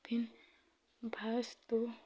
फिर भैँस तो